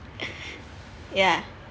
yeah